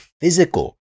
physical